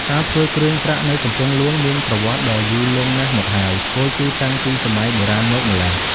ការធ្វើគ្រឿងប្រាក់នៅកំពង់ហ្លួងមានប្រវត្តិដ៏យូរលង់ណាស់មកហើយ ពោលគឺតាំងពីសម័យបុរាណមកម្ល៉េះ។